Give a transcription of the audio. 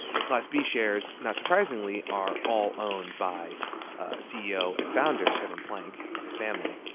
the class b shares, not surprisingly, are all owned by ceo and founder kevin plank and his family.